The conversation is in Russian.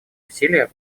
усилия